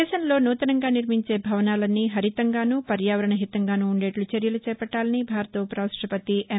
దేశంలో నూతనంగా నిర్మించే భవనాలన్నీ హరితంగానూ పర్యావరణ హితంగానూ ఉండేట్ల చర్యలు చేపట్టాలని భారత ఉపరాష్టపతి ఎం